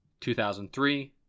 2003